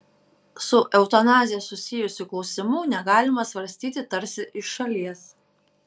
su eutanazija susijusių klausimų negalima svarstyti tarsi iš šalies